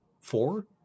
Four